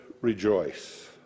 rejoice